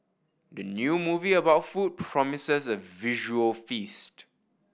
the new movie about food promises a visual feast